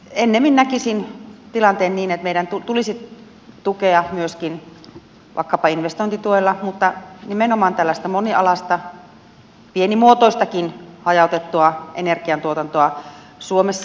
ennemmin näkisin tilanteen niin että meidän tulisi tukea myöskin vaikkapa investointituella nimenomaan tällaista monialaista pienimuotoistakin hajautettua energiantuotantoa suomessa